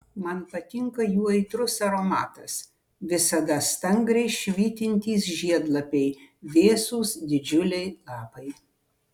man patinka jų aitrus aromatas visada stangriai švytintys žiedlapiai vėsūs didžiuliai lapai